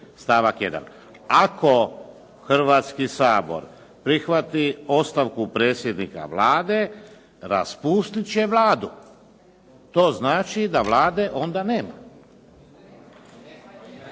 stavak 1.: "Ako Hrvatski sabor prihvati ostavku predsjednika Vlade raspustit će Vladu.". To znači da Vlade onda nema.